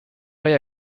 est